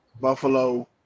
Buffalo